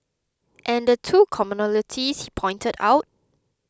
and the two commonalities he pointed out